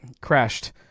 crashed